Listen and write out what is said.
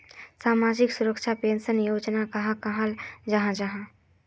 सामाजिक सुरक्षा पेंशन योजना कहाक कहाल जाहा जाहा?